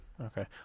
Okay